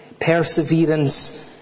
perseverance